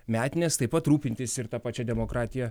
metines taip pat rūpintis ir ta pačia demokratija